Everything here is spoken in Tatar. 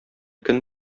көн